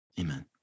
amen